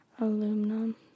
Aluminum